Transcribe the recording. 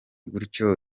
gutyo